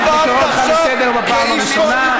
אני קורא אותך לסדר פעם ראשונה.